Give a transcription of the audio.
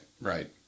right